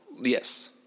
Yes